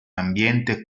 ambiente